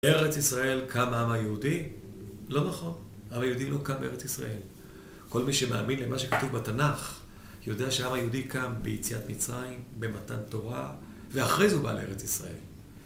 בארץ ישראל קם עם היהודי? לא נכון, העם היהודי לא קם בארץ ישראל. כל מי שמאמין למה שכתוב בתנ"ך יודע שעם היהודי קם ביציאת מצרים, במתן תורה ואחרי זה הוא בא לארץ ישראל